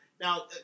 Now